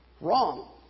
wrong